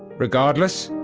regardless,